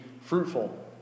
fruitful